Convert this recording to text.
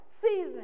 Seasoning